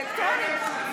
אלקטרונית,